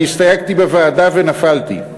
אני הסתייגתי בוועדה ונפלתי.